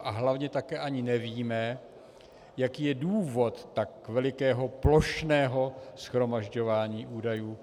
A hlavně také ani nevíme, jaký je důvod tak velikého plošného shromažďování údajů.